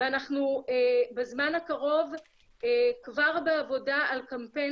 ואנחנו בזמן הקרוב כבר בעבודה על קמפיין